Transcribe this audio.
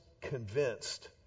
convinced